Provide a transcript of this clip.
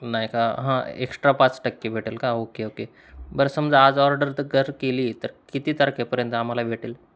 नाही का हां एक्स्ट्रा पाच टक्के भेटेल का ओके ओके बरं समजा आज ऑर्डर तर जर केली तर किती तारखेपर्यंत आम्हाला भेटेल